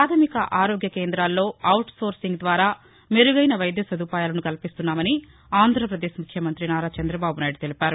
ప్రాథమిక ఆరోగ్య కేంద్రాల్లో ఔట్ సోర్సింగ్ ద్వారా మెరుగైన వైద్య సదుపాయాలను కల్పిస్తున్నామని ఆంధ్రాప్రదేశ్ ముఖ్యమంతి నారా చంద్రబాబు నాయుడు తెలిపారు